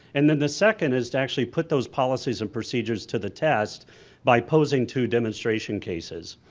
and the the second is to actually put those policies and procedures to the test by posing two demonstration cases.